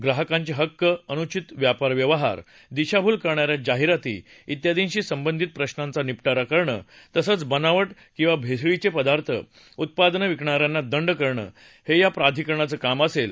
ग्राहकांचे हक्क अनुचित व्यापारव्यवहार दिशाभूल करणा या जाहिराती त्यादींशी संबंधित प्रशांचा निपटारा करणं तसंच बनावट किंवा भेसळीचे पदार्थ उत्पादनं विकणा यांना दंड करणं हे या प्राधिकरणाचं काम असेल